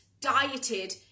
dieted